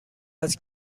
است